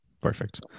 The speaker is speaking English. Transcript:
Perfect